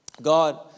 God